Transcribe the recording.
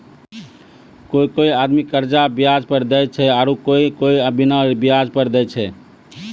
कोय कोय आदमी कर्जा बियाज पर देय छै आरू कोय कोय बिना बियाज पर देय छै